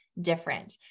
different